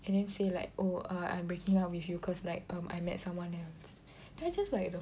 and then say like oh err I'm breaking up with you cause like um I met someone else then I just like the